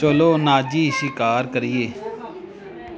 ਚਲੋ ਨਾਜੀ ਸ਼ਿਕਾਰ ਕਰੀਏ